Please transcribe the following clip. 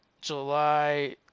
July